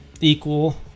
equal